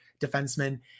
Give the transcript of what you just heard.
defensemen